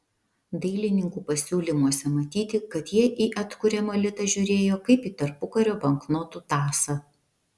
dailininkų pasiūlymuose matyti kad jie į atkuriamą litą žiūrėjo kaip į tarpukario banknotų tąsą